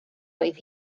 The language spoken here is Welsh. oedd